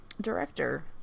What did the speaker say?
director